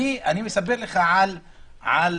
אני מספר לך על עובדות